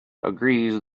agrees